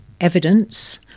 evidence